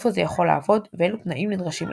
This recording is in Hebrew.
איפה זה יכול לעבוד ואילו תנאים נדרשים לכך,